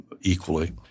equally